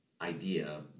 idea